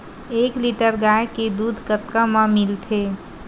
एक लीटर गाय के दुध कतका म मिलथे?